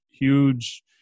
huge